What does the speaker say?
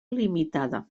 limitada